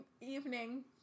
evening